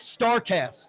StarCast